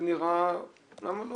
זה נראה, למה לא?